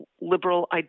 liberal